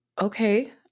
okay